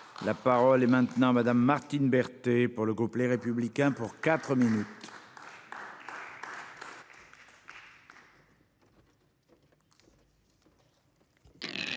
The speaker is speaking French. La parole est maintenant Madame Martine Berthet pour le groupe Les Républicains pour 4 minutes.